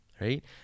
right